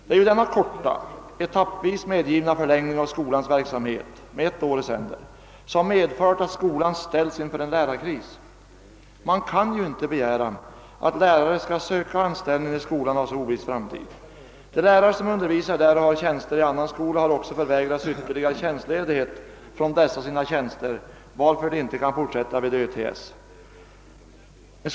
Det är ju denna korta, etappvis medgivna förlängning av skolans verksamhet — med ett år i sänder — som medfört att skolan ställts inför en lärarkris. Man kan inte begära att lärare skall söka anställning när skolan har en så oviss framtid. De lärare som undervisar där och har tjänster i annan skola har också förvägrats ytterligare tjänstledighet från dessa sina tjänster, varför de inte kan fortsätta vid Örnsköldsviks tekniska skola.